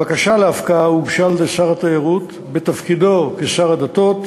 בקשה להפקעה הוגשה על-ידי שר התיירות בתפקידו כשר הדתות